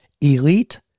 Elite